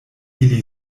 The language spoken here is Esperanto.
ili